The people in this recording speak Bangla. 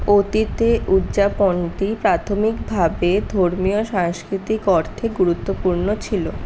অতীতে উদযাপনটি প্রাথমিকভাবে ধর্মীয় সাংস্কৃতিক অর্থে গুরুত্বপূর্ণ ছিল